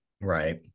Right